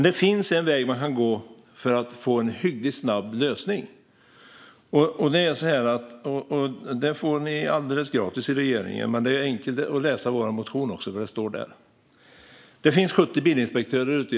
Det finns dock en väg man kan gå för att få en hyggligt snabb lösning. Regeringen får den helt gratis av oss, och ni kan också läsa om den i vår motion. Det finns i dag 70 bilinspektörer.